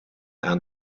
aan